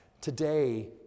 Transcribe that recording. Today